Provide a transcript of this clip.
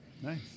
nice